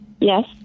Yes